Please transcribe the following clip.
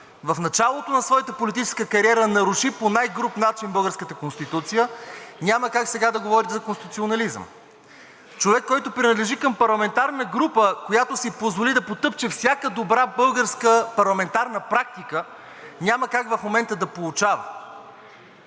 в началото на своята политическа кариера наруши по най-груб начин българската Конституция, няма как сега да говори за конституционализъм. Човек, който принадлежи към парламентарна група, която си позволи да потъпче всяка добра българска парламентарна практика, няма как в момента да поучава.